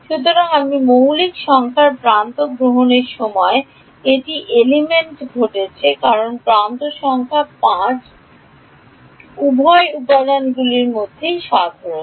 সুতরাং আমি মৌলিক সংখ্যার প্রান্তটি গ্রহণের সময় এটি এলিমেন্টে ঘটেছে কারণ প্রান্ত সংখ্যা 5 উভয় উপাদানগুলির মধ্যে সাধারণ